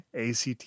ACT